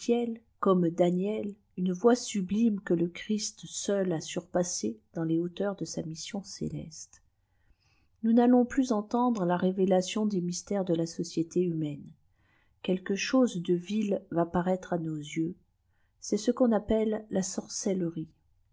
comme dânîei une voix sublime que le christ seul a surpassée dans les hauteurs dé sa mission céleste nous h'alîons plus entendre la révélation des mysfiferes ée la société imimaîne quelque chose de vil va partlîtr iîos yeux cst ce q on appelle la sorcellerie